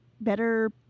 better